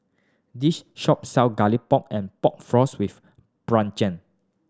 this shop sells Garlic Pork and Pork Floss with Brinjal